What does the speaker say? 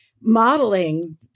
modeling